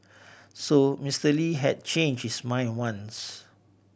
so Mister Lee had changed his mind once